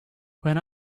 when